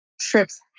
trips